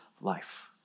life